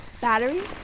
Batteries